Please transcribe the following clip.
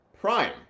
Prime